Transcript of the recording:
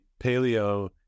paleo